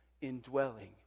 indwelling